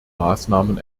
maßnahmen